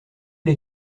les